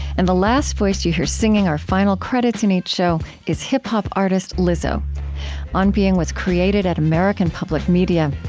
and the last voice that you hear singing our final credits in each show is hip-hop artist lizzo on being was created at american public media.